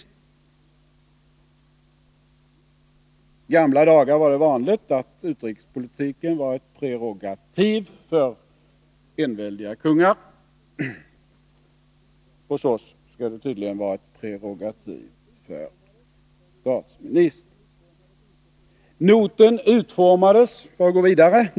I gamla dagar var det vanligt att utrikespolitiken var ett prerogativ för enväldiga kungar, hos oss skall den tydligen vara ett prerogativ för statsministern.